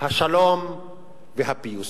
השלום והפיוס.